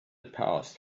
passed